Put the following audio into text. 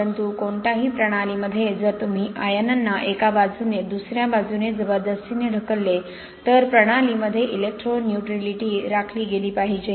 परंतु कोणत्याही प्रणालीमध्ये जर तुम्ही आयनांना एका बाजूने दुसऱ्या बाजूने जबरदस्तीने ढकलले तर प्रणालीमध्ये इलेक्ट्रो न्यूट्रॅलिटी राखली पाहिजे